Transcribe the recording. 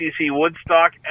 Woodstock